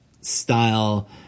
style